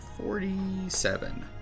forty-seven